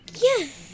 Yes